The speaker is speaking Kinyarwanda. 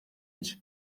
nshya